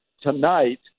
tonight